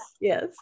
yes